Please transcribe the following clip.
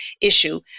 issue